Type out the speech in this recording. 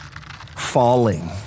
falling